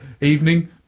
evening